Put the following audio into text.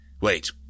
Wait